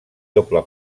doble